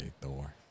Thor